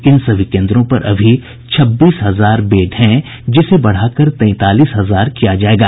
इन सभी केन्द्रों पर अभी छब्बीस हजार बेड हैं जिसे बढ़ाकर तैंतालीस हजार किया जायेगा